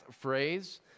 phrase